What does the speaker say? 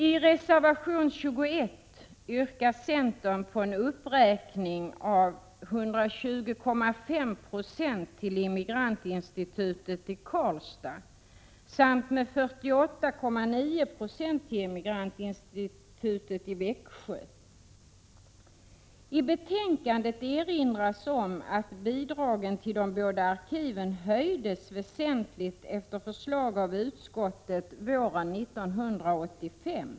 I betänkandet erinras om att bidragen till de båda arkiven höjdes väsentligt efter förslag av utskottet våren 1985.